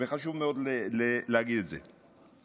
וחשוב מאוד להגיד את זה.